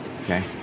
Okay